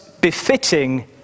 befitting